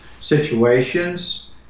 situations